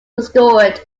restored